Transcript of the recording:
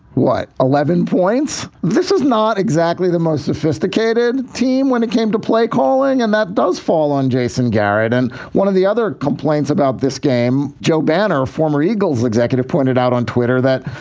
what, eleven points? this is not exactly the most sophisticated team when it came to play calling. and that does fall on jason garrett. and one of the other complaints about this game, joe banner, a former eagles executive, pointed out on twitter that,